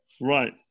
Right